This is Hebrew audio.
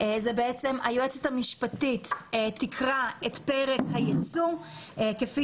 היועצת המשפטית תקרא את פרק הייצוא כפי